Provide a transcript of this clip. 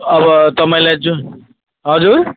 अब तपाईँलाई जुन हजुर